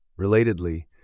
Relatedly